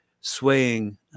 swaying